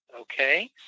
okay